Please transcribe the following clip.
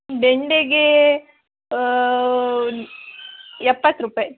ಬೆಂಡೆಗೇ ಎಪ್ಪತ್ತು ರುಪಾಯಿ